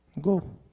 Go